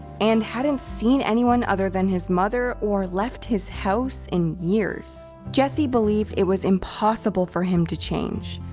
and hadn't seen anyone, other than his mother, or left his house in years. jesse believed it was impossible for him to change.